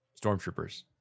stormtroopers